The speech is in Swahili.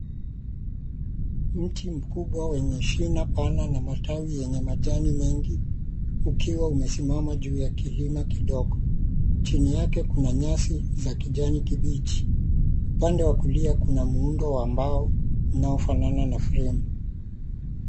Mti mkubwa wenye shina pana na matawi yenye mengi, ukiwa umesimama juu ya kilima kidogo. Chini yake kuna nyasi za kijani kibichi. Upande wa kulia kuna muundo wa mbao unaofanana na frame .